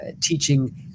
teaching